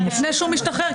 לפני שהוא משתחרר.